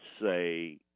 say